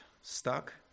stuck